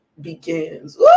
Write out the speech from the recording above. begins